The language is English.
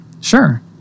Sure